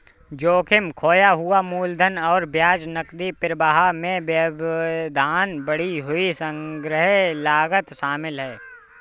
जोखिम, खोया हुआ मूलधन और ब्याज, नकदी प्रवाह में व्यवधान, बढ़ी हुई संग्रह लागत शामिल है